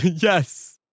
Yes